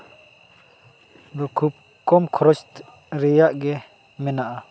ᱫᱚ ᱠᱷᱩᱵ ᱠᱚᱢ ᱠᱷᱚᱨᱚᱪ ᱨᱮᱭᱟᱜ ᱜᱮ ᱢᱮᱱᱟᱜᱼᱟ